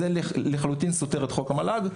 זה סותר לחלוטין את חוק המל"ג.